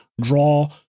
draw